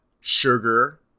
sugar